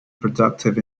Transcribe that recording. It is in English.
productive